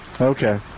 Okay